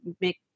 make